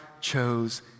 chose